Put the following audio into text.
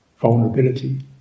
vulnerability